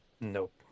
Nope